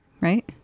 right